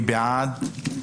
מי בעד?